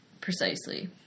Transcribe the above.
Precisely